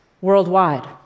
worldwide